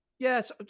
Yes